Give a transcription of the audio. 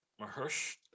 Mahersh